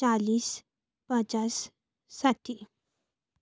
चालिस पचास साठी